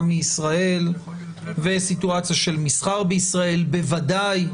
מישראל וסיטואציה של מסחר בישראל בוודאי,